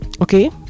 Okay